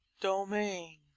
domain